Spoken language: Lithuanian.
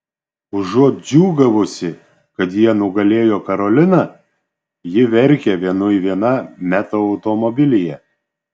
užuot džiūgavusi kad jie nugalėjo karoliną ji verkia vienui viena meto automobilyje